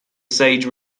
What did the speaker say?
sage